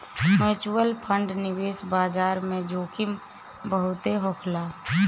mutual fund निवेश बाजार में जोखिम बहुत होखेला